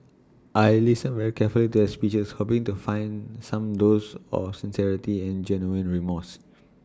I listened very carefully to their speeches hoping to find some dose of sincerity and genuine remorse